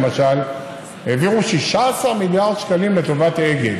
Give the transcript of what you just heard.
למשל: העבירו 16 מיליארד שקלים לטובת אגד,